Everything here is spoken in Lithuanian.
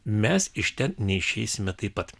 mes iš ten neišeisime taip pat